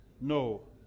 No